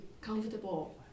comfortable